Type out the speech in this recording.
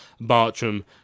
Bartram